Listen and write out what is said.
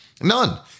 None